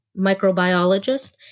microbiologist